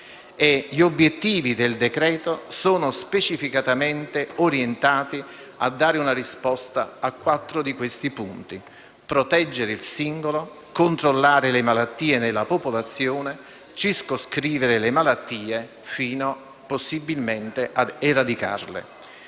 gli obiettivi del decreto-legge sono specificamente orientati a dare una risposta a quattro di questi punti: proteggere il singolo; controllare le malattie nella popolazione; circoscrivere le malattie; e, possibilmente, eradicarle.